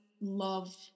love